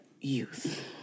youth